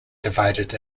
divided